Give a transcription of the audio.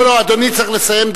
לא, לא, אדוני צריך לסיים.